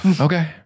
Okay